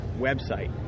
website